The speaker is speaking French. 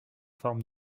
forme